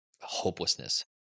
hopelessness